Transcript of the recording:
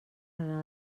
anar